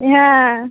হ্যাঁ